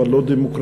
אבל לא דמוקרטית,